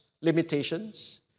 limitations